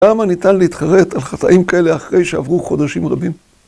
למה ניתן להתחרט על חטאים כאלה אחרי שעברו חודשים רבים?